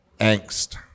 angst